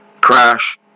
crash